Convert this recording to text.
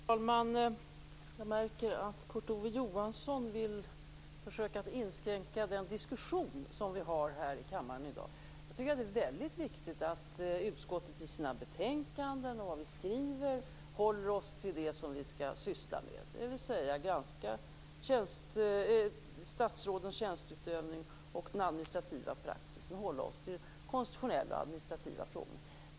Fru talman! Jag märker att Kurt Ove Johansson vill försöka inskränka den diskussion vi har här i kammaren i dag. Jag tycker att det är väldigt viktigt att utskottet i sina betänkanden och i det vi skriver håller oss till det som vi skall syssla med. Vi skall granska statsrådens tjänsteutövning, den administrativa praxisen och hålla oss till de konstitutionella administrativa frågorna.